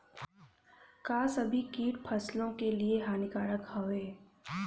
का सभी कीट फसलों के लिए हानिकारक हवें?